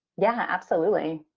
yeah, absolutely,